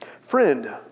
Friend